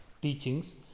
teachings